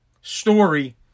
Story